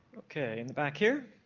okay, in the back here.